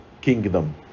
kingdom